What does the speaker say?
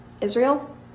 Israel